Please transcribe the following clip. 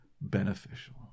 beneficial